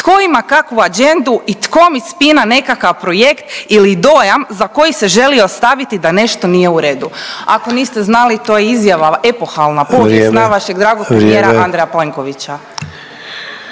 tko ima kakvu agendu i tko mi spina nekakav projekt ili dojam za koji se želi ostaviti da nešto nije u redu. Ako niste znali to je izjava epohalna, povijesna vašeg dragog … …/Upadica Sanader: